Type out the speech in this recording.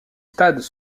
stades